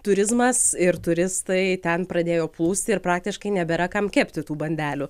turizmas ir turistai ten pradėjo plūsti ir praktiškai nebėra kam kepti tų bandelių